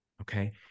okay